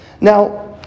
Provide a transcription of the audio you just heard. Now